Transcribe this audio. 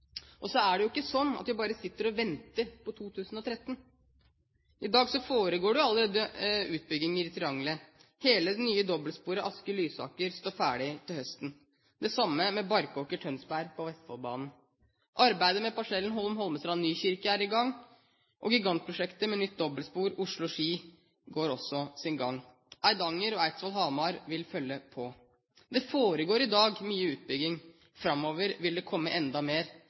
Så er det jo ikke sånn at vi bare sitter og venter på 2013. I dag foregår det jo allerede utbygginger i triangelet. Hele det nye dobbeltsporet Asker–Lysaker står ferdig til høsten, og det samme gjør Barkåker–Tønsberg på Vestfoldbanen. Arbeidet med parsellen Holm–Holmestrand–Nykirke er i gang, og gigantprosjektet med nytt dobbeltspor Oslo–Ski går også sin gang. Eidanger-jernbane og strekningen Eidsvoll–Hamar vil følge på. Det foregår i dag mye utbygging, framover vil det komme enda mer.